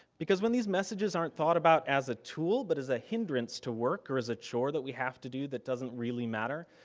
because when these messages aren't thought about as a tool, but as a hindrance to work or as a chore that we have to do that doesn't really matter,